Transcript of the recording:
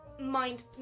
Mind